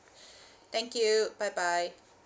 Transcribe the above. thank you bye bye